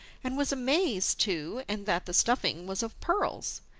and was amazed to and that the stuffing was of pearls.